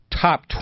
top